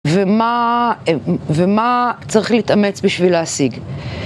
ומה, ומה צריך להתאמץ בשביל להשיג?